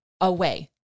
away